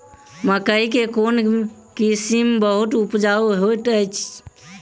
मकई केँ कोण किसिम बहुत उपजाउ होए तऽ अछि?